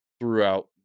throughout